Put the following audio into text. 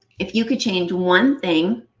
if you could change one thing,